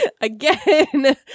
again